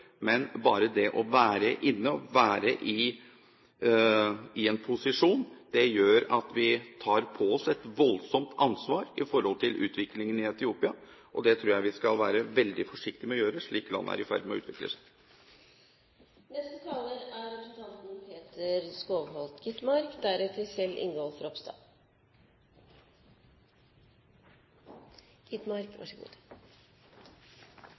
men bare det å være inne og være i posisjon gjør at vi tar på oss et voldsomt ansvar i forhold til utviklingen i Etiopia. Det tror jeg vi skal være veldig forsiktig med å gjøre, slik landet er i ferd med å utvikle seg. La meg begynne med den politiske overbygningen. I 2005 var Etiopia politisk bedre enn det er